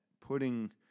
putting